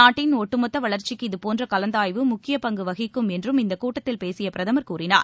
நாட்டின் ஒட்டுமொத்த வளர்ச்சிக்கு இதபோன்ற கலந்தாய்வு முக்கியப் பங்கு வகிக்கும் என்றும் இந்தக் கூட்டத்தில் பேசிய பிரதமர் கூறினார்